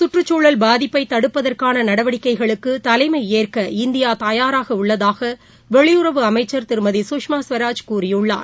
சுற்றுசூழல் பாதிப்பைதடுப்பதற்கானநடவடிக்கைகளுக்குதலைமைஏற்க இந்தியாதயாராகஉள்ளதாகவெளியுறவு அமைச்சர் திருமதி குஷ்மா ஸ்வராஜ் கூறியுள்ளார்